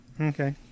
Okay